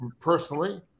personally